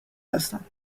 هستند